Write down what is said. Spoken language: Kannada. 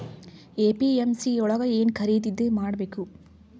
ಎ.ಪಿ.ಎಮ್.ಸಿ ಯೊಳಗ ಏನ್ ಖರೀದಿದ ಮಾಡ್ಬೇಕು?